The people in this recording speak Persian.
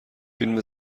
فیلم